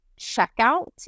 checkout